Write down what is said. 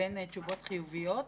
לבין תשובות חיוביות.